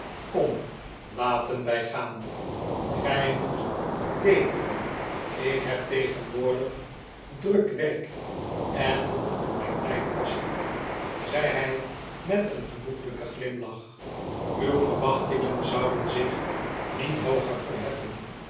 kom r laten wij gaan gij moet weten ik heb tegenwoordig druk werk en moet op mijn tijd passen zei hij met een genoeglijken glimlach uw verwachtingen zouden zich niet hooger verheffen